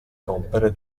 rompere